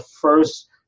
first